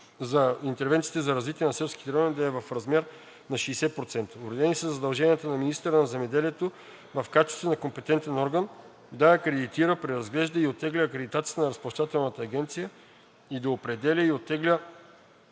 на интервенциите за развитие на селските райони да е в размер на 60%. Уредени са задълженията на министъра на земеделието, в качеството си на компетентен орган, да акредитира, преразглежда и оттегля акредитацията на Разплащателната агенция и да определя и оттегля